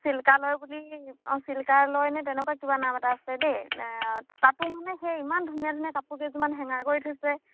চিল্কালয় বুলি অঁ চিল্কালয় ন তেনেকুৱা কিবা নাম এটা আছে দেই তাতো মানে সেই ইমান ধুনীয়া ধুনীয়া কাপোৰ কেইযোৰমান হেঙাৰ কৰি থৈছে